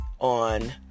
on